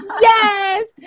Yes